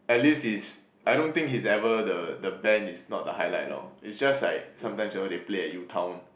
at least it's I don't think he's ever the the band is not the highlight lor it's just like sometimes they play at U Town